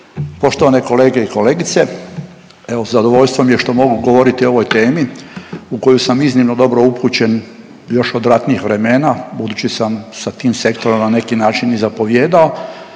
poštovane kolegice i kolege. Evo zadovoljstvo mi je što mogu govoriti o ovoj temi u koju sam iznimno dobro upućen još od ratnijih vremena, budući sam sa tim sektorom na neki način i zapovijedao,